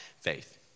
faith